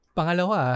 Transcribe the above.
Pangalawa